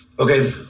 Okay